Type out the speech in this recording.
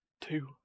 two